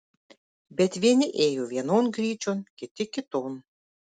bet vieni ėjo vienon gryčion kiti kiton